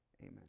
Amen